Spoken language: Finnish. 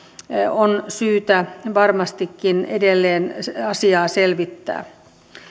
on syytä varmastikin edelleen asiaa selvittää